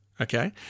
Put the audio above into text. Okay